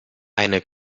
eine